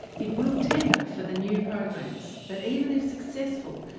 it will tender for the new programs. but even if successful,